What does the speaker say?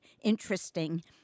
interesting